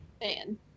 fan